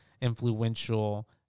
influential